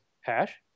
hash